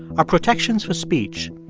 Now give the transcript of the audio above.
our protections for speech,